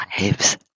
lives